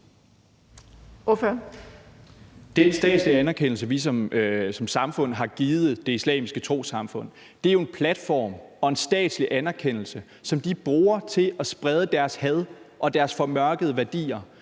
Den statslige anerkendelse, vi som samfund har givet Det Islamiske Trossamfund, er jo en platform og en statslig anerkendelse, som de bruger til at sprede deres had og deres formørkede værdier.